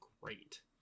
great